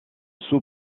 sous